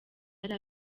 yari